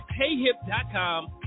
payhip.com